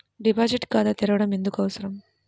Deposit ఖాతా తెరవడం ఎందుకు అవసరం?